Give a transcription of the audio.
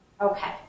Okay